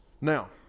Now